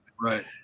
Right